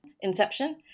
inception